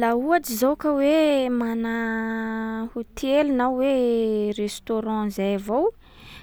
Laha ohatsy zao ka hoe mana hôtely na hoe restaurant zay avao,